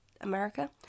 America